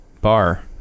bar